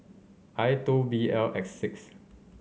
I two B L X six